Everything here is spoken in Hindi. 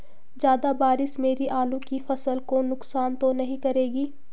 ज़्यादा बारिश मेरी आलू की फसल को नुकसान तो नहीं करेगी?